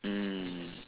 mm